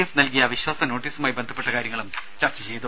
F നല്കിയ അവിശ്വാസ നോട്ടീസുമായി ബന്ധപ്പെട്ട കാര്യങ്ങളും ചർച്ച ചെയ്തു